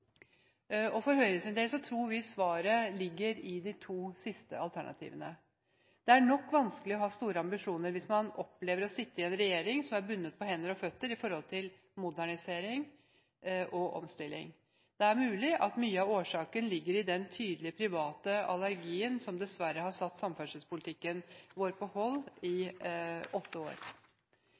For Høyres del tror vi svaret ligger i de to siste alternativene. Det er nok vanskelig å ha store ambisjoner hvis man opplever å sitte i en regjering som er bundet på hender og føtter med hensyn til modernisering og omstilling. Det er mulig at mye av årsaken ligger i den tydelige private allergien som dessverre har satt samferdselspolitikken vår på hold i åtte år.